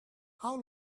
how